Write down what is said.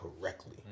correctly